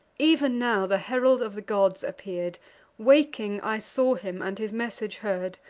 ev'n now the herald of the gods appear'd waking i saw him, and his message heard.